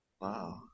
Wow